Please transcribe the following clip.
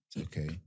Okay